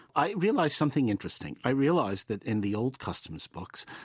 i realized something interesting. i realized that in the old customs books,